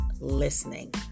listening